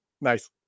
Nice